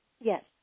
Yes